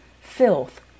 filth